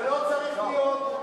זה לא צריך להיות.